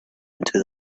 into